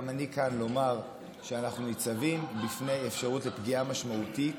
גם אני כאן לומר שאנחנו ניצבים בפני אפשרות לפגיעה משמעותית